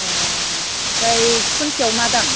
ए आमफ्राय फुनसेयाव मा दाम